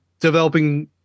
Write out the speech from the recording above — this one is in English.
developing